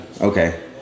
Okay